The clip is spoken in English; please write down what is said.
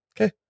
Okay